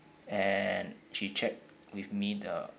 and she checked with me the